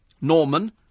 Norman